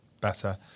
better